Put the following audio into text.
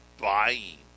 buying